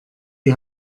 die